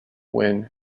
while